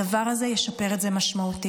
הדבר הזה ישפר את זה משמעותית.